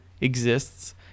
exists